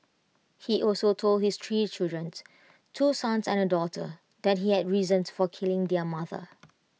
he also told his three children two sons and A daughter that he had reasons for killing their mother